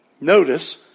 Notice